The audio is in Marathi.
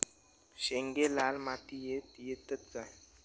शेंगे लाल मातीयेत येतत काय?